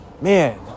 man